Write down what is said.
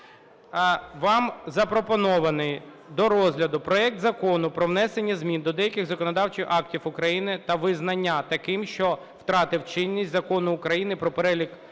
Вам запропонований до розгляду проект Закону про внесення змін до деяких законодавчих актів України та визнання таким, що втратив чинність, Закону України "Про Перелік